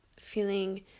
feeling